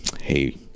Hey